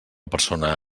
persona